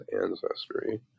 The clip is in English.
ancestry